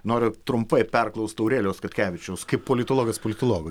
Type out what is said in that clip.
noriu trumpai perklaust aurelijaus katkevičiaus kaip politologas politologo